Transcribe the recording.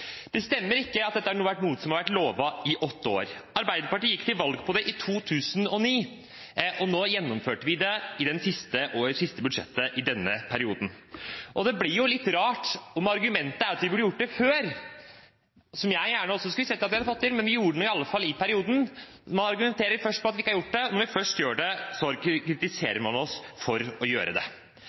Det stemmer ikke at dette er noe som har vært lovet i åtte år. Arbeiderpartiet gikk til valg på det i 2009, og vi gjennomførte det i det siste budsjettet i denne perioden. Det blir litt rart om argumentet er at vi burde gjort det før – noe som jeg også gjerne skulle sett at vi hadde fått til – men vi gjorde det nå i hvert fall i perioden. Man argumenterer først med at vi ikke har gjort det, og når vi først gjør det, kritiserer man oss for å gjøre det.